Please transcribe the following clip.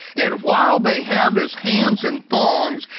and while they have his hands in thongs,